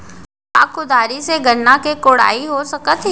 का कुदारी से गन्ना के कोड़ाई हो सकत हे?